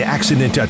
Accident